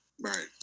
Right